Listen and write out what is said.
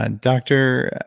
ah dr.